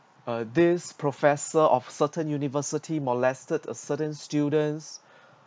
uh this professor of certain university molested a certain students